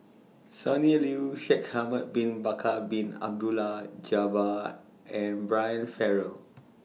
Sonny Liew Shaikh Ahmad Bin Bakar Bin Abdullah Jabbar and Brian Farrell